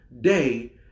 day